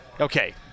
Okay